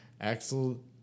Axel